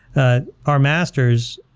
ah our masters